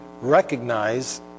recognize